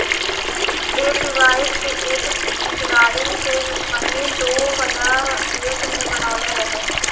ऐ डिवाइस के एक इजराइल के कम्पनी दो हजार एक में बनाइले रहे